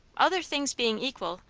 other things being equal,